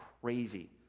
crazy